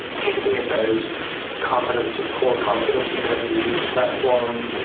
thinking about competence, just core competence in how to use the platform.